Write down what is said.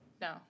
No